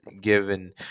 Given